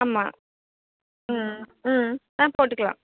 ஆமாம் ம் ம் ஆ போட்டுக்கலாம்